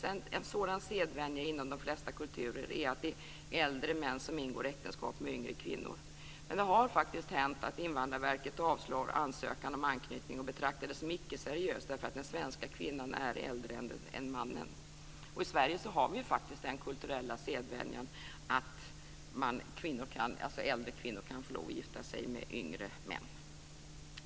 En sådan sedvänja inom de flesta kulturer är att det är äldre män som ingår äktenskap med yngre kvinnor. Men det har faktiskt hänt att Invandrarverket avslår ansökan om anknytning och betraktar det som icke-seriöst därför att den svenska kvinnan är äldre än mannen. I Sverige har vi faktiskt den kulturella sedvänjan att äldre kvinnor kan få lov att gifta sig med yngre män.